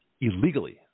illegally